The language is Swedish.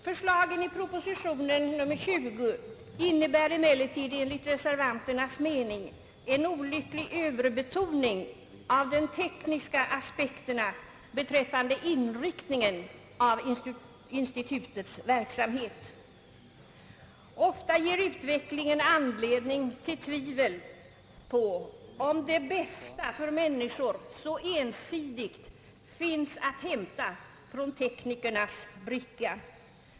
Förslagen i proposition nr 20 innebär emellertid enligt reservanternas mening en olycklig överbetoning av de tekniska aspekterna beträffande inriktningen av institutets verksamhet. Ofta ger utvecklingen anledning till tvivel på om det bästa för människor så ensidigt finns att hämta från teknikernas bricka.